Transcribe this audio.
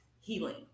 healing